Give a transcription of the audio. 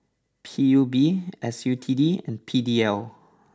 P U B S U T D and P D L